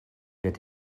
wird